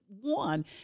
one